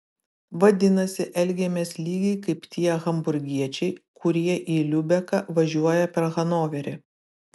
vadinasi elgiamės lygiai kaip tie hamburgiečiai kurie į liubeką važiuoja per hanoverį